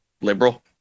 liberal